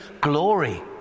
glory